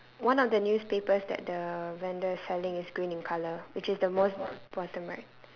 one of the newspapers that the vendor is selling is green in colour which is the most bottom right